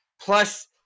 Plus